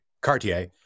Cartier